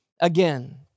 again